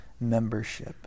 membership